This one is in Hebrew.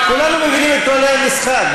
כולנו מבינים את כללי המשחק.